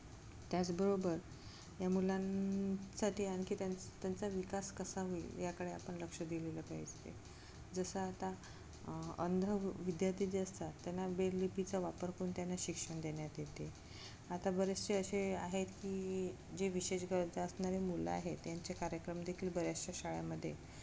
त्याचबरोबर या मुलांसाठी आणखी त्यां त्यांचा विकास कसा होईल याकडे आपण लक्ष दिलेलं पाहिजे जसं आता अंध विद्यार्थी जे असतात त्यांना बेल लिपीचा वापर करून त्यांना शिक्षण देण्यात येते आता बरेचसे असे आहेत की जे विशेष गरजा असणारी मुलं आहेत त्यांचे कार्यक्रम देखील बऱ्याचश्या शाळेमध्ये